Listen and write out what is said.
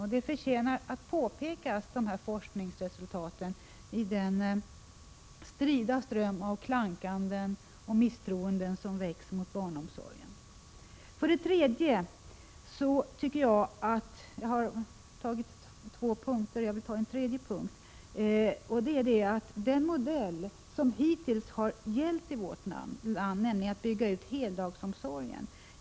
Dessa forskningsresultat förtjänar att påpekas i den strida strömmen av klagomål och misstroendeförklaringar mot barnomsorgen. För det tredje angrips nu den modell som hittills gällt i vårt land, nämligen utbyggnad av heldagsomsorgen.